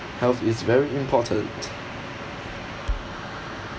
health is very important